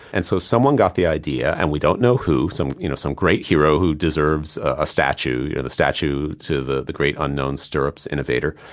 and so someone got the idea, and we don't know who, some you know some great hero who deserves a statue you know statue to the the great unknown stirrups innovator,